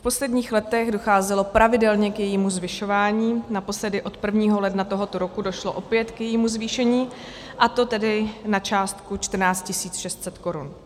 V posledních letech docházelo pravidelně k jejímu zvyšování, naposledy od 1. ledna tohoto roku došlo opět k jejímu zvýšení, a to tedy na částku 14 600 korun.